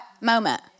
moment